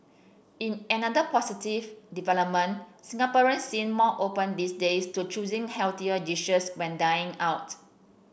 in another positive development Singaporeans seem more open these days to choosing healthier dishes when dining out